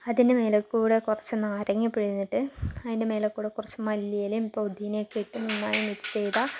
അതിനു മേലെ കൂടി കുറച്ചു നാരങ്ങ പിഴിഞ്ഞിട്ട് അതിന്റെ മേലെക്കൂടി കുറച്ചു മല്ലിയിലയും പുതിനയൊക്കെ ഇട്ട് നന്നായി മിക്സ് ചെയ്താൽ